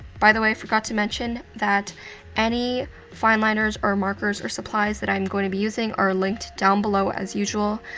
by the way, i forgot to mention that any fineliners, or markers, or supplies that i'm going to be using are linked down below, as usual.